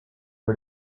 for